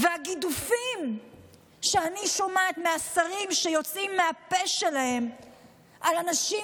והגידופים שאני שומעת מהשרים שיוצאים מהפה שלהם על אנשים